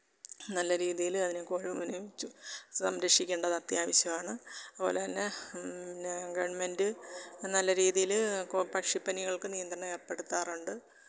നല്ല രീതിയിൽ അതിനെ കൊഴ് സംരക്ഷിക്കേണ്ടത് അത്യാവശ്യവാണ് അതു പോലെ തന്നെ ന്നെ ഗവണ്മെന്റ് നല്ല രീതിയിൽ പക്ഷിപ്പനികള്ക്ക് നിയന്ത്രണം ഏര്പ്പെടുത്താറുണ്ട്